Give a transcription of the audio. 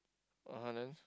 (uh huh) then